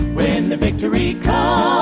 when the victory